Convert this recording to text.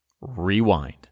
Rewind